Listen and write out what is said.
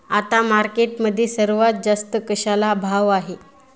आता मार्केटमध्ये सर्वात जास्त कशाला भाव आहे?